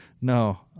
No